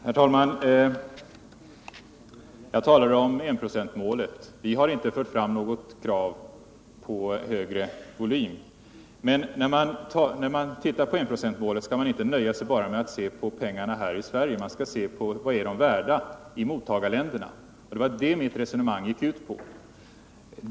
Herr talman! Jag talade om enprocentsmålet. Vi har inte fört fram något krav på högre volym, men när man tittar på om enprocentsmålet har uppfyllts skall man inte nöja sig med att bara se på summorna här i Sverige. Man skall se efter vad pengarna är värda i mottagarländerna. Det var det mitt resonemang gick ut på.